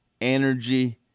energy